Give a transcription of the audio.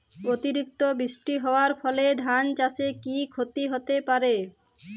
অতিরিক্ত বৃষ্টি হওয়ার ফলে ধান চাষে কি ক্ষতি হতে পারে?